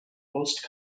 host